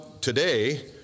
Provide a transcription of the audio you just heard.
today